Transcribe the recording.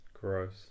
Gross